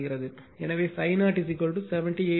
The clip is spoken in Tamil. எனவே ∅ 0 78